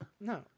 No